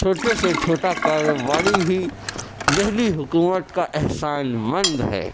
چھوٹے سے چھوٹا کاروباری بھی دہلی حکومت کا احسان مند ہے